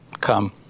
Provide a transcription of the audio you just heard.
Come